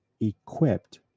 equipped